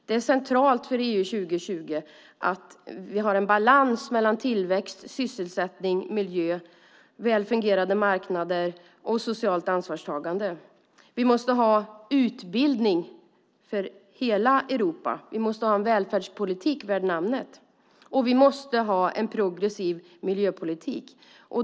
Det är centralt för EU 2020 att vi har en balans mellan tillväxt, sysselsättning, miljö, väl fungerande marknader och socialt ansvarstagande. Vi måste ha utbildning för hela Europa, vi måste ha en välfärdspolitik värd namnet och vi måste ha en progressiv miljöpolitik.